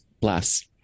Bless